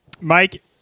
Mike